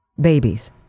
babies